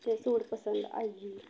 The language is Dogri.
ते सूट पसंद आई जंदा ऐ